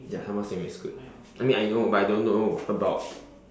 ya sambal it's good I mean I know but I don't know about